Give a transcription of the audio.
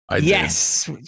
Yes